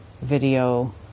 video